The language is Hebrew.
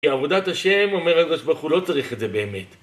כי עבודת השם אומרת לך שהוא לא צריך את זה באמת.